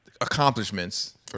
accomplishments